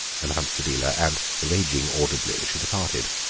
announced adela, and, raging audibly, she departed.